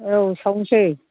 औ सावनोसै